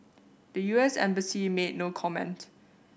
the U S embassy made no comment